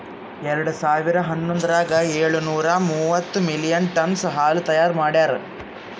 ಎರಡು ಸಾವಿರಾ ಹನ್ನೊಂದರಾಗ ಏಳು ನೂರಾ ಮೂವತ್ತು ಮಿಲಿಯನ್ ಟನ್ನ್ಸ್ ಹಾಲು ತೈಯಾರ್ ಮಾಡ್ಯಾರ್